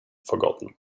forgotten